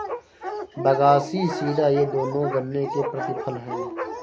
बगासी शीरा ये दोनों गन्ने के प्रतिफल हैं